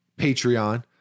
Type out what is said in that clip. patreon